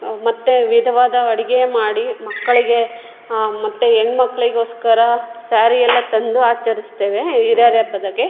ಮತ್ತು ವಿಧವಾದ ಅಡುಗೇ ಮಾಡಿ ಮಕ್ಕಳಿಗೇ ಮತ್ತು ಹೆಣ್ಣು ಮಕ್ಕಳಿಗೋಸ್ಕರ ಸ್ಯಾರಿ ಎಲ್ಲ ತಂದು ಆಚರಿಸ್ತೇವೆ ಹಿರಿಯರ ಹಬ್ಬದಗೆ